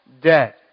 debt